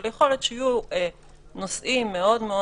אבל יכול להיות שיהיו נושאים מאוד מאוד